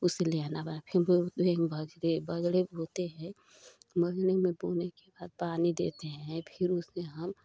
उसे ले आना बाहर फ़िर वह ले बाजरे बाजरे बोते हैं बाजरे में बोने के बाद पानी देते हैं फ़िर उसे हम